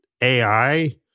AI